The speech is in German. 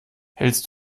hältst